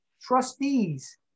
trustees